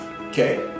okay